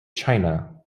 china